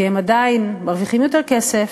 כי הם עדיין מרוויחים יותר כסף,